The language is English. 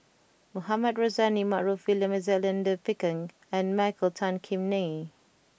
Mohamed Rozani Maarof William Alexander Pickering and Michael Tan Kim Nei